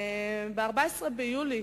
ב-14 ביולי,